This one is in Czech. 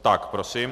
Tak, prosím.